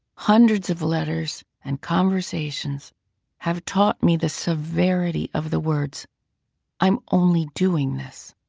hundreds of letters and conversations have taught me the severity of the words i'm only doing this.